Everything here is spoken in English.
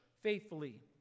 faithfully